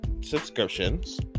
subscriptions